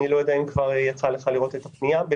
אני לא יודע אם כבר יצא לך לראות את הפנייה שלי,